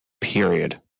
Period